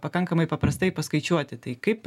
pakankamai paprastai paskaičiuoti tai kaip